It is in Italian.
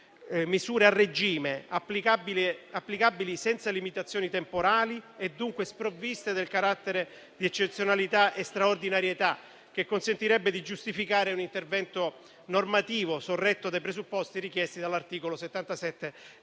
misure a regime, applicabili senza limitazioni temporali e dunque sprovviste del carattere di eccezionalità e straordinarietà che consentirebbe di giustificare un intervento normativo sorretto dai presupposti richiesti dall'articolo 77